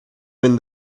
when